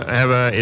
hebben